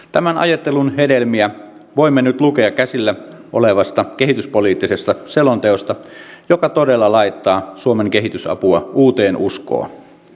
tämän ajattelun hedelmiä voimme nyt lukea käsillä olevasta kehityspoliittisesta selonteosta joka todella laittaa suomen kehitysapua uuteen uskoon